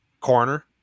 Corner